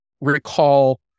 recall